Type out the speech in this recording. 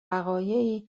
وقایعی